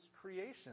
creation